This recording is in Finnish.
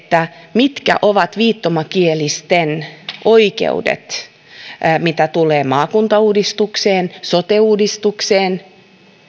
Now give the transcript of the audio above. mitkä ovat viittomakielisten oikeudet mitä tulee maakuntauudistukseen sote uudistukseen